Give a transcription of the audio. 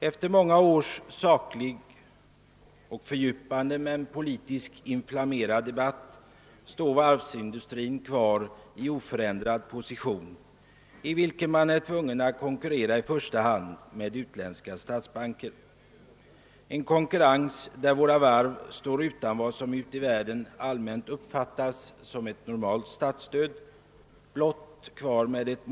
Efter många års saklig och fördjupande men politiskt inflammerad debatt står varvsindustrin kvar i oförändrad position, i vilken man är tvungen att konkurrera i första hand med utländska statsbanker. Det är en konkurrens där våra varv står utan vad som ute i världen allmänt uppfattas som normalt statsstöd — blott med ett.